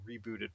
rebooted